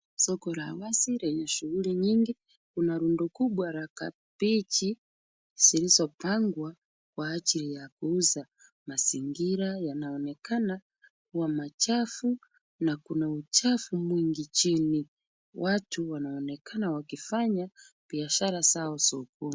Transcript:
Soko la wazi lenye shughuli nyingi. Kuna rundo kubwa la kabichi zilizopangwa kwa ajili ya kuuza. Mazingira yanaonekana kuwa machafu na kuna uchafu mwingi chini. Watu wanaonekana wakifanya biashara zao sokoni.